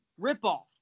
ripoff